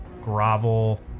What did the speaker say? grovel